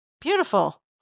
Beautiful